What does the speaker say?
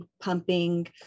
pumping